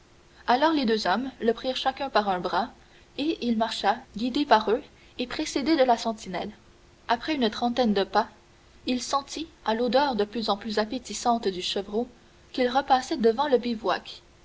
alors les deux hommes le prirent chacun par un bras et il marcha guidé par eux et précédé de la sentinelle après une trentaine de pas il sentit à l'odeur de plus en plus appétissante du chevreau qu'il repassait devant le bivouac